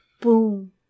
boom